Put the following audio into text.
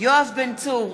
יואב בן צור,